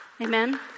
Amen